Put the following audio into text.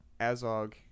Azog